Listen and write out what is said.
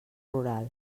rural